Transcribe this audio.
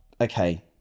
okay